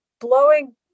blowing